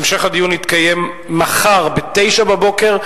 המשך הדיון יתקיים מחר ב-09:00.